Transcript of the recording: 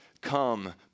come